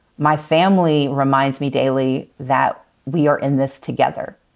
my family reminds me daily that we are in this together.